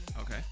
Okay